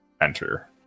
enter